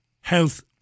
health